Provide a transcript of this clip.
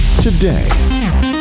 today